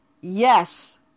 Yes